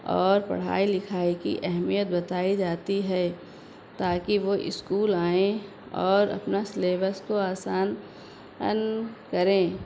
اور پڑھائی لکھائی کی اہمیت بتائی جاتی ہے تاکہ وہ اسکول آئیں اور اپنا سلیبس کو آسان اَن کریں